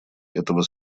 этого